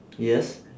yes